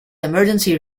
emergency